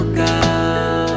girl